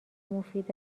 مفید